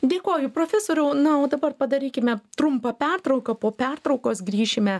dėkoju profesoriau na o dabar padarykime trumpą pertrauką po pertraukos grįšime